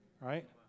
right